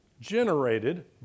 generated